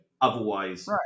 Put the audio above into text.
otherwise